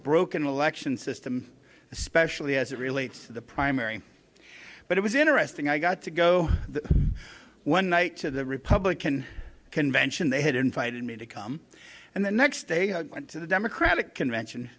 broken election system especially as it relates to the primary but it was interesting i got to go one night to the republican convention they had invited me to come and the next day i went to the democratic convention